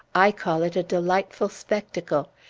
i call it a delightful spectacle.